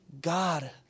God